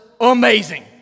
amazing